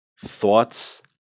thoughts